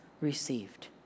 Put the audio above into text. received